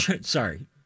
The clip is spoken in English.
Sorry